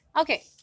okay